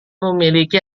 memiliki